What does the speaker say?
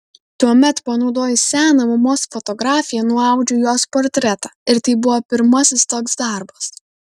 tuomet panaudojus seną mamos fotografiją nuaudžiau jos portretą ir tai buvo pirmasis toks darbas